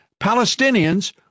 Palestinians